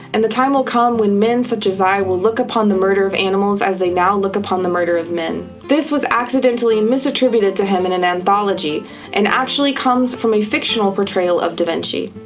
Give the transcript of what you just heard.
and the time will come when men such as i will look upon the murder of animals as they now look upon the murder of men. this was accidentally misattributed to him in and anthology and actually comes from a fictional portrayal of da vinci.